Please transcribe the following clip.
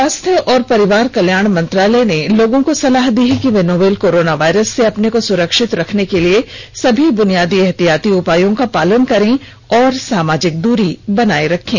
स्वास्थ्य और परिवार कल्याण मंत्रालय ने लोगों को सलाह दी है कि वे नोवल कोरोना वायरस से अपने को सुरक्षित रखने के लिए सभी बुनियादी एहतियाती उपायों का पालन करें और सामाजिक दूरी बनाए रखें